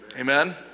Amen